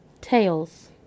tails